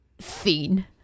Fiend